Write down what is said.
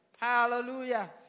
hallelujah